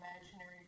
imaginary